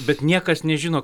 bet niekas nežino